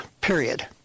period